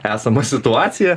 esama situacija